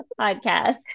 Podcast